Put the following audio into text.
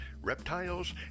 reptiles